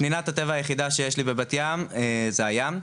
פנינת הטבע היחידה שיש לי בבת ים זה הים,